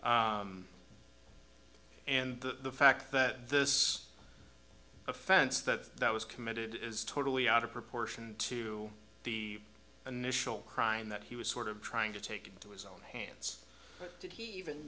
the fact that this offense that that was committed is totally out of proportion to the initial crime that he was sort of trying to take into his own hands did he even